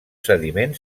sediment